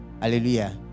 Hallelujah